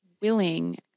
willing